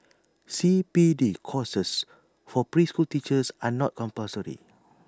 C P D courses for preschool teachers are not compulsory